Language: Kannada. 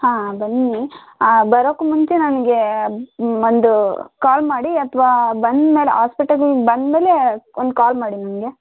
ಹಾಂ ಬನ್ನಿ ಆಂ ಬರೋಕ್ಕೂ ಮುಂಚೆ ನನಗೆ ಒಂದು ಕಾಲ್ ಮಾಡಿ ಅಥವಾ ಬಂದಮೇಲೆ ಆಸ್ಪೆಟಲಿಗೆ ಬಂದಮೇಲೆ ಒಂದು ಕಾಲ್ ಮಾಡಿ ನನಗೆ